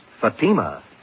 Fatima